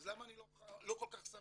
אז למה אני לא כל כך שמח?